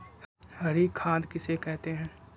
हरी खाद किसे कहते हैं?